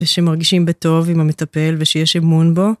ושמרגישים בטוב עם המטפל ושיש אמון בו.